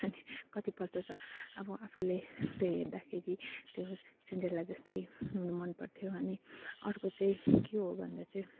अनि कतिपल्ट त अब आफूले त्यो हेर्दाखेरि त्यो सिन्ड्रेला जस्तै हुनु मनपर्थ्यो अनि अर्को चाहिँ के हो भन्दा चाहिँ